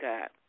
God